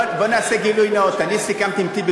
בוא נעשה גילוי נאות: אני סיכמתי עם טיבי